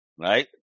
Right